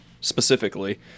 specifically